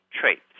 traits